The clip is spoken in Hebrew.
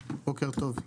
בוקר טוב.